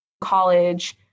college